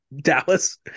Dallas